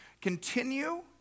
continue